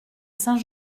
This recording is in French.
saint